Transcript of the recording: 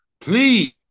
Please